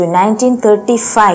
1935